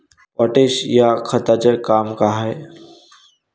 Potash या खताचं काम का हाय?